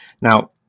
Now